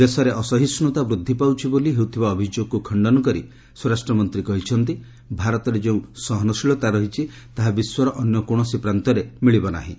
ଦେଶରେ ଅସହିଷ୍ଟ୍ରତା ବୃଦ୍ଧି ପାଉଛି ବୋଲି ହେଉଥିବା ଅଭିଯୋଗକୁ ଖଶ୍ଚନ କରି ସ୍ୱରାଷ୍ଟ୍ରମନ୍ତ୍ରୀ କହିଛନ୍ତି ଭାରତରେ ଯେଉଁ ସହନଶୀଳତା ରହିଛି ତାହା ବିଶ୍ୱର ଅନ୍ୟ କୌଣସି ପ୍ରାନ୍ତରେ ମିଳିବ ନାହିଁ